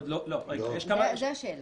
זו השאלה.